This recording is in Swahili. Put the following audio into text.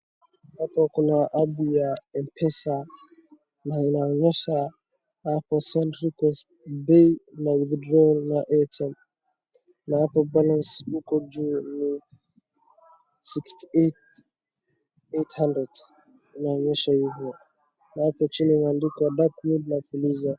Hapo kuna app ya mpesa na inaonyesha hapo send request, pay na withdrawal na airtime . Na hapo balance huko juu ni sixty eight, eight hundred inaonyesha hivo. Na hapo chini imeandikwa dark mode na fuliza.